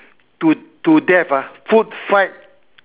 to to death ah food fight